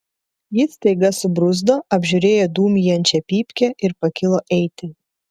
jis staiga subruzdo apžiūrėjo dūmijančią pypkę ir pakilo eiti